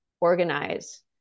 organize